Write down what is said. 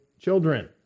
children